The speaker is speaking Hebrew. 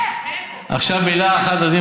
מה ששאלה איילת.